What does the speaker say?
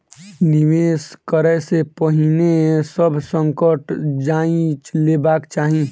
निवेश करै से पहिने सभ संकट जांइच लेबाक चाही